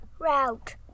route